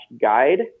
guide